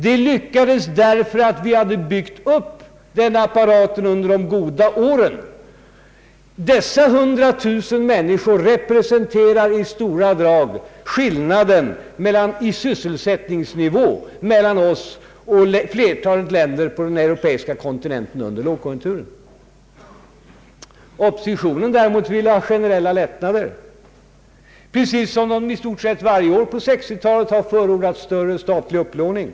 Det lyckades därför att vi hade byggt upp den apparaten under de goda åren. Dessa 100 000 människor representerar i stora drag skillnaden i sysselsättningsnivå mellan Sverige och flertalet länder på den europeiska kontinenten under lågkonjunkturen. Oppositionen däremot ville ha generella lättnader, precis som den i stort sett varje år på 1960-talet har förordat större statlig upplåning.